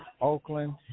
Oakland